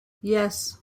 yes